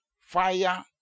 Fire